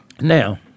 Now